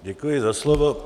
Děkuji za slovo.